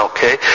Okay